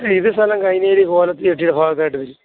ഇത് സ്ഥലം കൈനഗിരി കോലത്ത് ജെട്ടിയുടെ ഭാഗത്തായിട്ട് വരും